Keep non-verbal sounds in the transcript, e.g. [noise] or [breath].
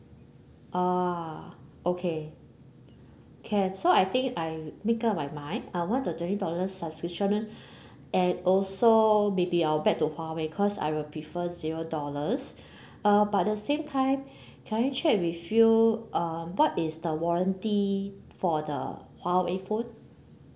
ah okay can so I think I make up my mind I want the twenty dollars subscription [breath] and also may be I'll back to huawei cause I will prefer zero dollars uh but the same time can I check with you uh what is the warranty for the huawei phone